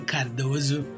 Cardoso